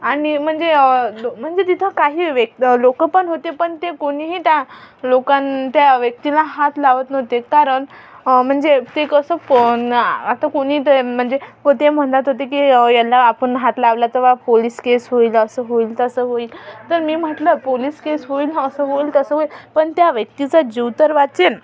आणि म्हणजे म्हणजे तिथं काही व्यक लोकं पण होते पण ते कोणीही त्या लोकांन त्या व्यक्तीला हात लावत नव्हते कारण म्हणजे ते कसं पण आता कुणी ते म्हणजे व ते म्हणत होते की ह्याला आपण हात लावला तर बा पोलिस केस होईल असं होईल तसं होईल तर मी म्हटलं पोलिस केस होईल असं होईल तसं होईल पण त्या व्यक्तीचा जीव तर वाचेन